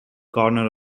corner